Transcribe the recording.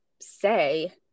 say